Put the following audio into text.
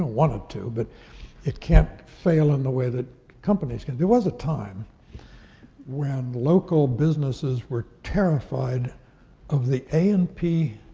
want it to, but it can't fail in the way that companies can. there was a time when local businesses were terrified of the a and p,